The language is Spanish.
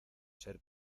ser